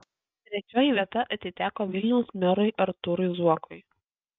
trečioji vieta atiteko vilniaus merui artūrui zuokui